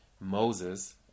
Moses